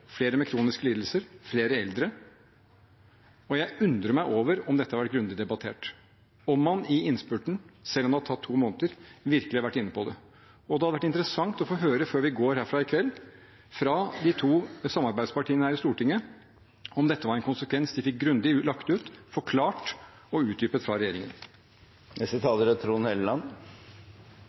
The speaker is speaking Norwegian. flere – flere med kroniske lidelser, flere eldre. Jeg undrer meg over om dette har vært grundig debattert, om man i innspurten, selv om det har tatt to måneder, virkelig har vært inne på det. Det hadde vært interessant å få høre, før vi går herfra i kveld, fra de to samarbeidspartiene her i Stortinget om dette var en konsekvens de fikk grundig lagt ut, forklart og utdypet fra regjeringen.